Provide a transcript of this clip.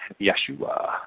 Yeshua